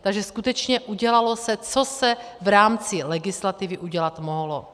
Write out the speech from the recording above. Takže se skutečně udělalo, co se v rámci legislativy udělat mohlo.